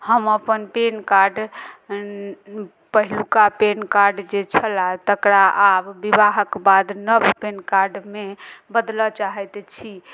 हम अपन PAN card पहिलुका पेन कार्ड जे छलाह तकरा आब विवाहक बाद नव पेन कार्डमे बदलऽ चाहैत छी